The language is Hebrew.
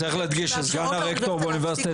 צריך להדגיש שסגן הרקטור באוניברסיטת